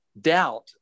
doubt